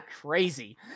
crazy